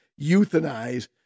euthanize